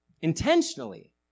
intentionally